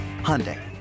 Hyundai